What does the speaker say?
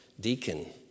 deacon